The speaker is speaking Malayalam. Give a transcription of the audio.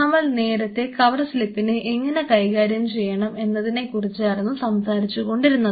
നമ്മൾ നേരത്തെ കവർ സ്ലിപ്പിനെ എങ്ങനെ കൈകാര്യം ചെയ്യണം എന്നതിനെ കുറിച്ചായിരുന്നു സംസാരിച്ചുകൊണ്ടിരുന്നത്